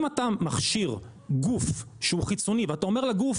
שאם אתה מכשיר גוף שהוא חיצוני ואתה אומר לגוף